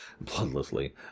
bloodlessly